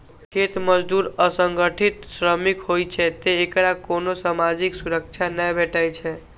खेत मजदूर असंगठित श्रमिक होइ छै, तें एकरा कोनो सामाजिक सुरक्षा नै भेटै छै